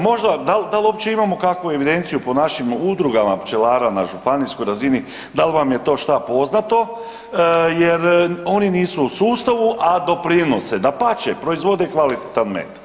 Možda dal, dal uopće imamo kakvu evidenciju po našim udrugama pčelara na županijskoj razini, dal vam je to šta poznato jer oni nisu u sustavu, a doprinose, dapače proizvode kvalitetan med.